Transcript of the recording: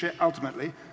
ultimately